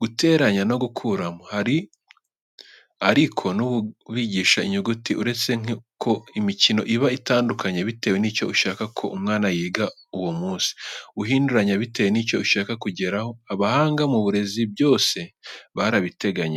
guteranya no gukuramo. Hari ariko n'ububigisha inyuguti uretse ko imikino iba itandukanye bitewe n'icyo ushaka ko umwana yiga uwo munsi. Uhinduranya bitewe n'icyo ushaka kugeraho. Abahanga mu burezi byose barabiteganyije.